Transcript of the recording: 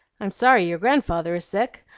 i'm sorry your grandfather is sick.